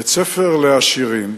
בית-ספר לעשירים,